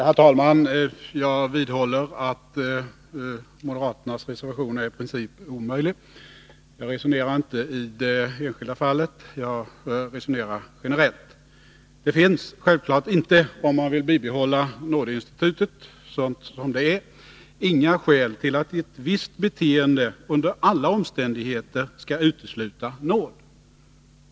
Herr talman! Jag vidhåller att moderaternas reservation i princip är omöjlig. Jag resonerar inte i det enskilda fallet utan generellt. Det finns självfallet inte — om man vill bibehålla nådeinstitutet sådant det är — några skäl för att ett visst beteende under alla omständigheter skall utesluta nåd.